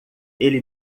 ele